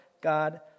God